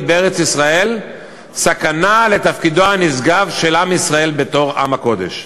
בארץ-ישראל סכנה לתפקידו הנשגב של עם ישראל בתור עם הקודש.